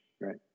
right